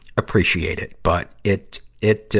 appreciate it. but, it, it, ah,